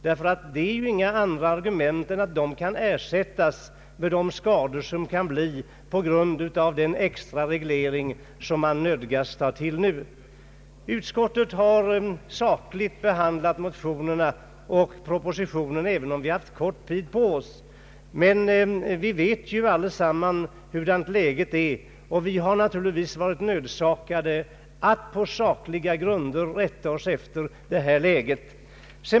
Vi får i stället utgå från att man skall ersätta de skador som uppkommer på grund av den extra reglering som man nödgas ta till nu. Utskottet har sakligt behandlat motionerna och propositionen, även om vi har haft kort tid på oss. Men alla vet hurudant läget är, och vi har naturligtvis varit nödsakade att ta hänsyn till detta.